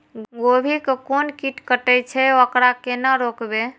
गोभी के कोन कीट कटे छे वकरा केना रोकबे?